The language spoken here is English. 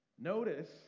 Notice